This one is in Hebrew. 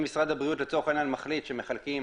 אם משרד הבריאות, לצורך העניין מחליט שמחלקים